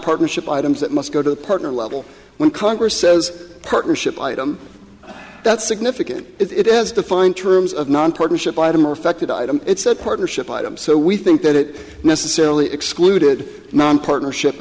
partnership items that must go to the partner level when congress says partnership item that's significant it has defined terms of non partnership item or affected item partnership item so we think that it necessarily excluded partnership